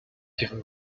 given